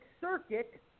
Circuit